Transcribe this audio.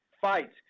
fight